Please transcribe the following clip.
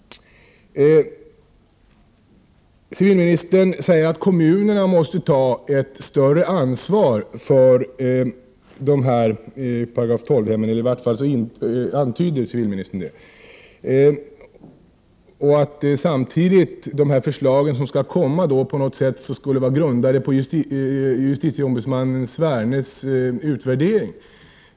Civilministern säger att kommunerna bör ta ett större ansvar för § 12 hemmen — hon antyder det i varje fall. Samtidigt säger hon att de förslag som skall komma skulle vara grundade på justitieombudsmannen Svernes översyn.